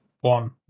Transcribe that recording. one